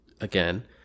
again